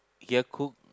here cook